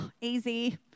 easy